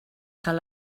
cal